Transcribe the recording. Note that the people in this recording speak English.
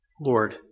Lord